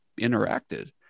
interacted